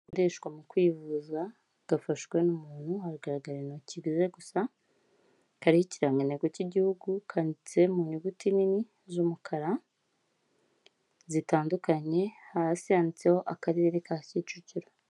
Ikoreshwa mu kwivuza, gafashwe n'umuntu hagaragara intoki ze gusa, kariho ikirangantego cy'igihugu, kanditse mu nyuguti nini z'umukara, zitandukanye hasi yanditseho akarere ka Kicukiro.